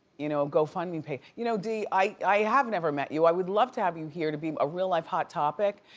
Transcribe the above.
you know gofundme page. you know, dee i have never met you. i would love to have you here to be a real life hot topic.